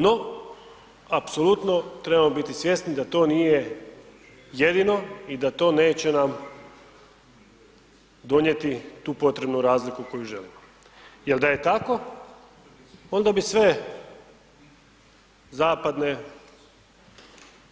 No, apsolutno trebamo biti svjesni da to nije jedino i da to neće nam donijeti tu potrebnu razliku koju želimo jer da je tako, onda bi sve zapadne